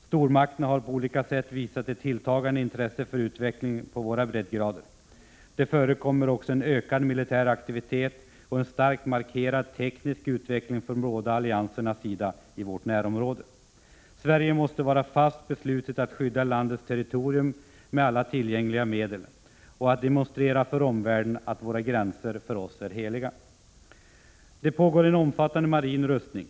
Stormakterna har på olika sätt visat ett tilltagande intresse för utvecklingen på våra breddgrader. Det förekommer också en ökad militär aktivitet och en starkt markerad teknisk utveckling från båda alliansernas sida i vårt närområde. Sverige måste vara fast beslutet att skydda landets territorium med alla tillgängliga medel och att demonstrera för omvärlden att våra gränser för oss är heliga. Det pågår en omfattande marin rustning.